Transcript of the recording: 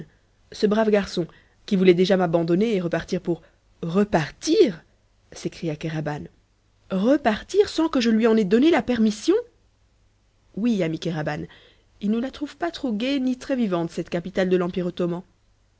ce brave garçon qui voulait déjà m'abandonner et repartir pour repartir s'écria kéraban repartir sans que je lui en aie donné la permission oui ami kéraban il ne la trouve pas trop gaie ni très vivante cette capitale de l'empire ottoman